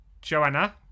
Joanna